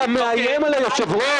אתה מאיים על היושב-ראש.